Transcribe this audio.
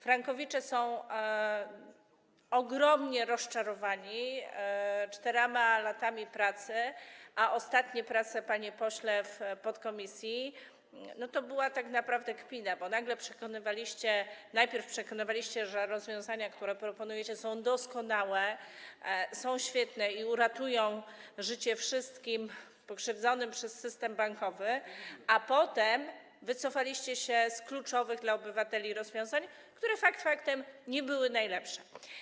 Frankowicze są ogromnie rozczarowani 4 latami pracy, a ostatnie prace, panie pośle, w podkomisji to była tak naprawdę kpina, bo najpierw przekonywaliście, że rozwiązania, które proponujecie, są doskonałe, są świetne i uratują życie wszystkim pokrzywdzonym przez system bankowy, a potem wycofaliście się z kluczowych dla obywateli rozwiązań, które fakt faktem nie były najlepsze.